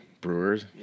Brewers